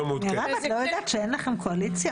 מירב, את לא יודעת שאין לכם קואליציה?